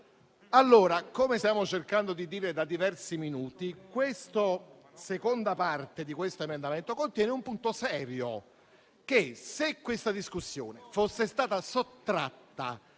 Come stiamo cercando di dire da diversi minuti, la seconda parte di questo emendamento contiene un punto serio che, se questa discussione fosse stata sottratta